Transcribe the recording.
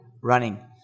running